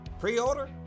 Pre-order